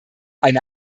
eine